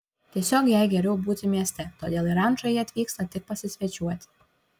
tiesiog jai geriau būti mieste todėl į rančą ji atvyksta tik pasisvečiuoti